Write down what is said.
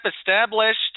established